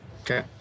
okay